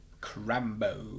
crambo